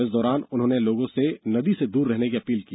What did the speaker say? इस दौरान उन्होंने लोगों से नदी से दूर रहने की अपील की